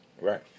Right